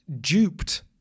duped